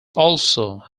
also